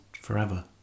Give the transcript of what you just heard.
forever